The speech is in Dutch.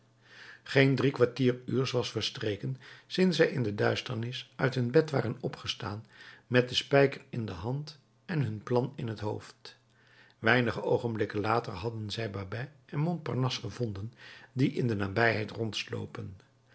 geen drie kwartier uurs was verstreken sinds zij in de duisternis uit hun bed waren opgestaan met den spijker in de hand en hun plan in het hoofd weinige oogenblikken later hadden zij babet en montparnasse gevonden die in de nabijheid rondslopen